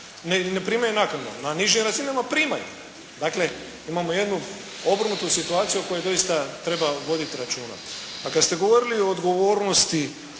ne primaju naknadu. Na nižim razinama primaju. Dakle imamo jednu ogromnu tu situaciju o kojoj doista treba voditi računa. A kad ste govorili o odgovornosti